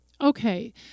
Okay